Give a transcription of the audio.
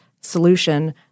solution